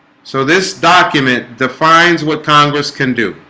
so this document defines what congress can do